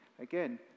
again